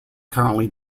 currently